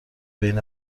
بین